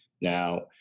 Now